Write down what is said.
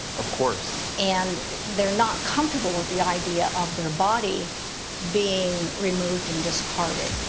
of course. and they're not comfortable with the idea of their body being removed and discarded.